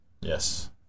Yes